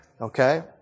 Okay